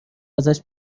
ازش